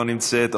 לא נמצאת,